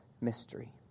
mystery